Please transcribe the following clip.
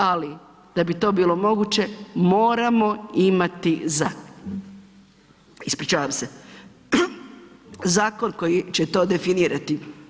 Ali, da bi to bilo moguće, moramo imati zakon koji će to definirati.